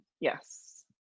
yes